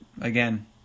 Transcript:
Again